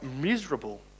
miserable